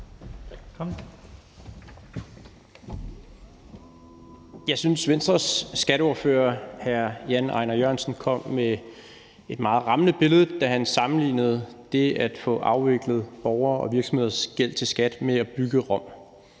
Jeg synes, Venstres skatteordfører, hr. Jan E. Jørgensen, kom med et meget rammende billede, da han sammenlignede det at få afviklet borgeres og virksomheders gæld til skattemyndighederne